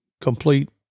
complete